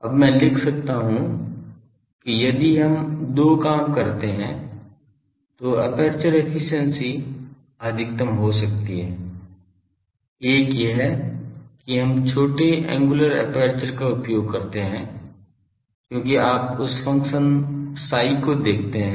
अब मैं लिख सकता हूं कि यदि हम दो काम करते हैं तो एपर्चर एफिशिएंसी अधिकतम हो सकती है एक यह है कि हम छोटे एंगुलर एपर्चर का उपयोग करते हैं क्योंकि आप उस फ़ंक्शन साई को देखते हैं